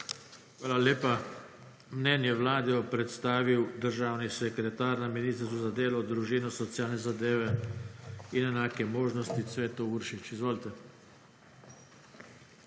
Hvala lepa. Mnenje Vlade bo predstavil državni sekretar na Ministrstvu za delo, družino, socialne zadeve in enake možnosti Cveto Uršič. Izvolite.